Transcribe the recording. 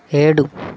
ఏడు